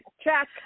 Check